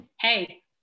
hey